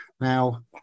Now